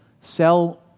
sell